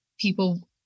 people